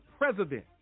president